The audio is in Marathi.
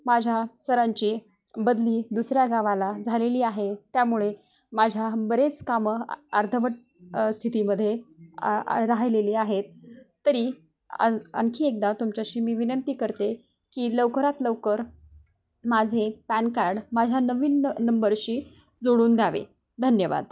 माझ्या सरांची बदली दुसऱ्या गावाला झालेली आहे त्यामुळे माझ्या बरेच कामं अर्धवट स्थितीमध्ये राहिलेली आहेत तरी आज आणखी एकदा तुमच्याशी मी विनंती करते की लवकरात लवकर माझे पॅन कार्ड माझ्या नवीन न नंबरशी जोडून द्यावे धन्यवाद